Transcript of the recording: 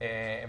הוועדה.